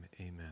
amen